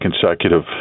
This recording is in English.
consecutive